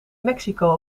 mexico